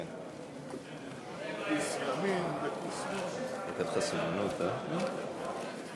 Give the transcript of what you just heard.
אדוני היושב-ראש, חברי הכנסת, ועדת הכנסת קבעה כי